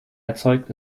erzeugt